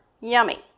yummy